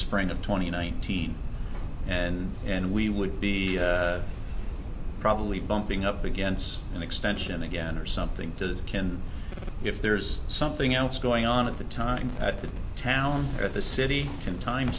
spring of twenty nineteen and and we would be probably bumping up against an extension again or something to the can if there's something else going on at the time at the town or the city in time